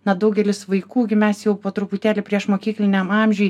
na daugelis vaikų gi mes jau po truputėlį priešmokykliniam amžiuj